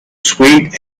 sweet